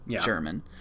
German